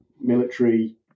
military